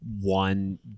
one